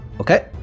Okay